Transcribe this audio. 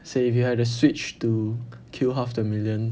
say if you had a switch to kill half the million